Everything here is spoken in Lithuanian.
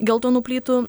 geltonų plytų